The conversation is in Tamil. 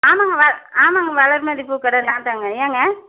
ஆமாங்க வ ஆமாங்க வளர்மதி பூக்கடை நாந்தாங்க ஏங்க